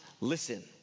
listen